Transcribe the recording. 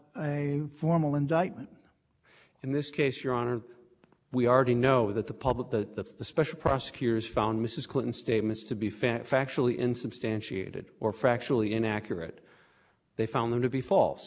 a formal indictment in this case your honor we already know that the public the special prosecutors found mrs clinton statements to be fact factually in substantiated or factually inaccurate they found them to be false